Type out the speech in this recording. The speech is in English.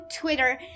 Twitter